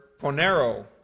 ponero